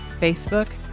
Facebook